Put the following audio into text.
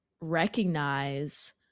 recognize